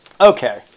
Okay